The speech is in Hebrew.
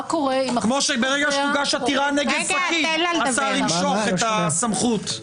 ברגע שתוגש עתירה נגד פקיד, השר ימשוך את הסמכות.